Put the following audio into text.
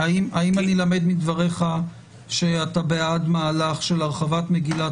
האם אני למד מדבריך שאתה בעד מהלך של הרחבת מגילת